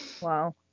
wow